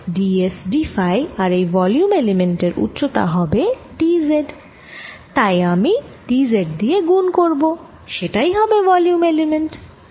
তাই S d s d phi আর এই ভলিউম এলিমেন্ট এর উচ্চতা হবে d z তাই আমি d z দিয়ে গুণ করব সেটাই হবে ভলিউম এলিমেন্ট